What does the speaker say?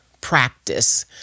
practice